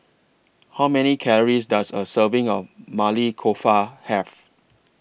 How Many Calories Does A Serving of Maili Kofta Have